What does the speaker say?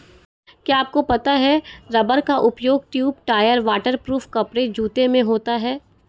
क्या आपको पता है रबर का उपयोग ट्यूब, टायर, वाटर प्रूफ कपड़े, जूते में होता है?